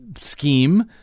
scheme